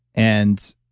and